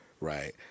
right